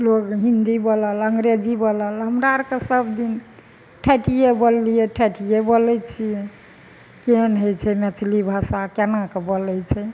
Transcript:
लोग हिन्दी बोलल अंग्रेजी बोलल हमरा आरके सभदिन ठेठिये बोललियै ठेठिये बोलय छियै केहन हइ छै मैथिली भाषा केनाकऽ बोलय छै